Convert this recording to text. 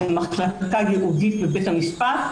הוא מחלקה ייעודית בבית המשפט,